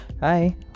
Hi